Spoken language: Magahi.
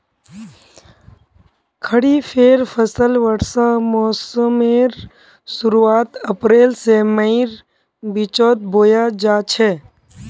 खरिफेर फसल वर्षा मोसमेर शुरुआत अप्रैल से मईर बिचोत बोया जाछे